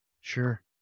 Sure